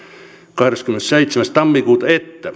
kahdeskymmenesseitsemäs tammikuuta